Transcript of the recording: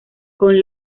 con